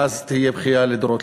כי אז תהיה בכייה לדורות,